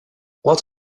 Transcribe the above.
what